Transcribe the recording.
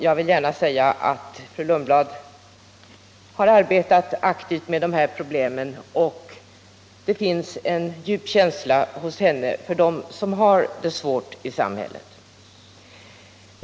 Jag vill gärna säga att fru Lundblad har arbetat aktivt med de här problemen, och det finns en djup känsla hos henne för dem som har det svårt i samhället.